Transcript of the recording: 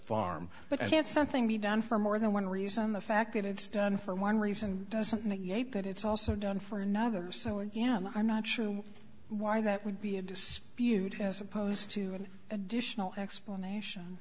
farm but i can't something be done for more than one reason the fact that it's done for one reason doesn't negate that it's also done for another so again i'm not sure why that would be a dispute as opposed to an additional explanation